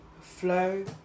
flow